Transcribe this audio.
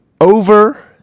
Over